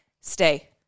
stay